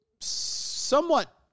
somewhat